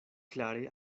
klare